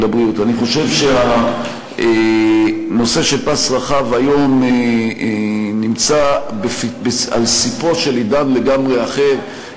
אני חושב שהנושא של פס רחב היום נמצא על ספו של עידן לגמרי אחר,